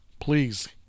please